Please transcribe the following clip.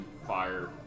Fire